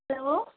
hello